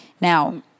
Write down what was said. Now